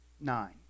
Nine